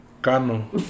Cano